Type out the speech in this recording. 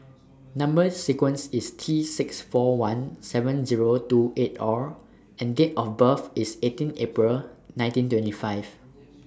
Number sequence IS T six four one seven Zero two eight R and Date of birth IS eighteen April nineteen twenty five